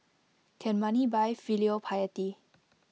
can money buy filial piety